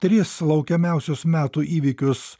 tris laukiamiausius metų įvykius